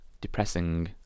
depressing